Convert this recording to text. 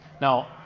Now